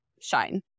shine